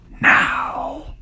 now